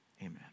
Amen